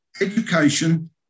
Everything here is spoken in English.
education